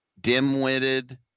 dim-witted